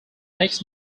next